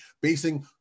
basing